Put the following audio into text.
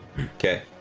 okay